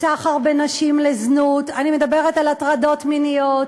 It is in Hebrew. סחר בנשים לזנות, אני מדברת על הטרדות מיניות,